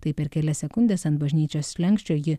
taip per kelias sekundes ant bažnyčios slenksčio ji